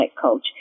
coach